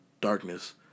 darkness